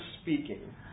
speaking